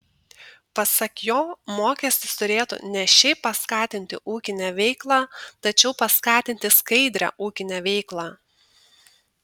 pasak jo mokestis turėtų ne šiaip paskatinti ūkinę veiklą tačiau paskatinti skaidrią ūkinę veiklą